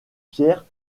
pierre